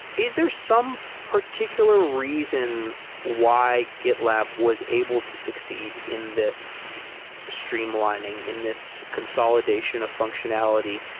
is there some particular reason why gitlab was able to succeed in this streamlining, in this consolidation of functionality?